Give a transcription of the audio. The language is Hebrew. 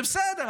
זה בסדר.